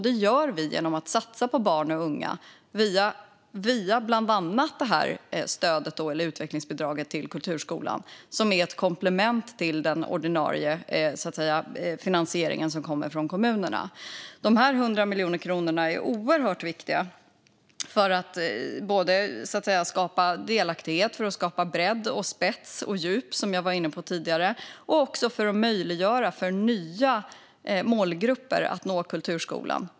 Det gör vi genom att satsa på barn och unga via bland annat utvecklingsbidraget till kulturskolan, som är ett komplement till den ordinarie finansieringen från kommunerna. De 100 miljoner kronorna är oerhört viktiga för att skapa delaktighet, bredd, spets och djup, som jag var inne på tidigare, och för att möjliggöra för nya målgrupper att nå kulturskolan.